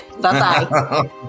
Bye-bye